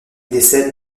décède